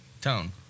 Tone